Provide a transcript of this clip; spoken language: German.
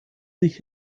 sich